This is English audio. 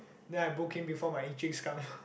then I book in before my Enciks come